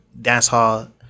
dancehall